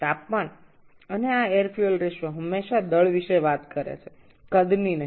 তাপমাত্রা এবং এই বায়ু ও জ্বালানী অনুপাত সর্বদা ভর সম্পর্কে বলে কখনই আয়তন নয়